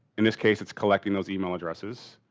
in this case it's collecting those email addresses,